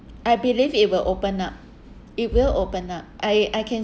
I believe it will open up it will open up I I can